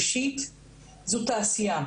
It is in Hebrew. ראשית זו תעשייה.